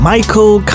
Michael